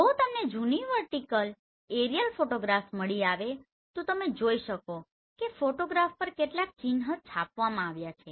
જો તમને જૂની વર્ટીકલ એરીઅલ ફોટોગ્રાફ્સ મળી આવે તો તમે જોઈ શકશો કે ફોટોગ્રાફ્સ પર કેટલાક ચિન્હ છાપવામાં આવેલા છે